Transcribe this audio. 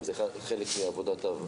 גם זה חלק מעבודת הוועדה.